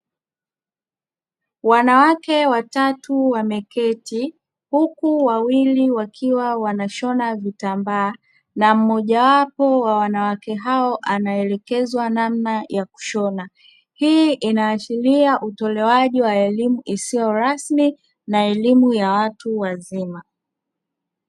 Wanawake watatu wameketi huku wawili wakiwa wanashona vitambaa na mmoja wapo wa wanawake anaelekezwa namna ya kushona. Hii inaashiria utolewaji wa elimu isio rasmi na elimu ya watu wazima.